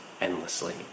endlessly